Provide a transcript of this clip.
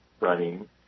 running